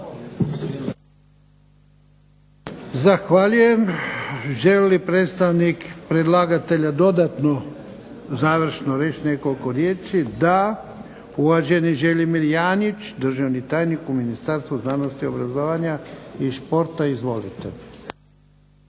Zahvaljujem. Želi li predstavnik predlagatelja dodatno završno reći nekoliko riječi? Da. Uvaženi Želimir Janjić državni tajnik u Ministarstvu znanosti, obrazovanja i športa izvolite.